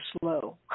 slow